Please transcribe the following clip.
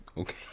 Okay